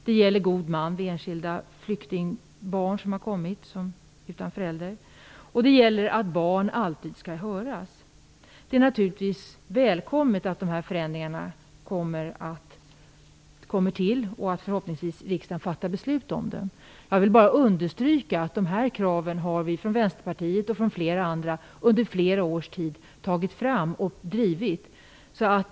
Det gäller god man för enskilda flyktingbarn som har kommit utan förälder. Det gäller att barn alltid skall höras. Det är naturligtvis välkommet att dessa förändringar blir genomförda, och förhoppningsvis fattar riksdagen beslut om dem. Jag vill bara understryka att Vänsterpartiet och flera andra under flera års tid har fört fram och drivit de här kraven.